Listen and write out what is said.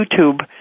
YouTube